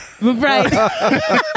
Right